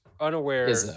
unaware